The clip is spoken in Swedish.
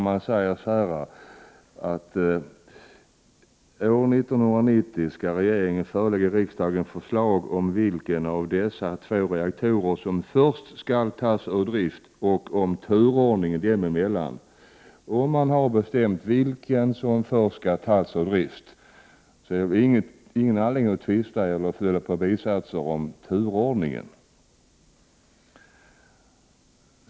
Man säger: ”År 1990 skall regeringen förelägga riksdagen förslag om vilken av dessa två reaktorer som först skall tas ur drift och om turordningen mellan dem.” Om man har bestämt vilken som först skall tas ur drift finns ingen anledning att tvista eller fylla på med bisatser om turordningen.